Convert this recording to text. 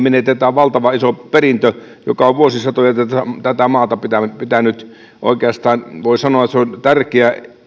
menetetään valtavan iso perintö joka on vuosisatoja tätä tätä maata pitänyt oikeastaan voi sanoa että se on tärkeä